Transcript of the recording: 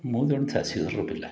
ମୁଁ ଜଣେ ଚାଷୀଘରର ପିଲା